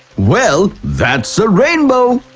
well, that's a rainbow!